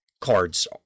Cards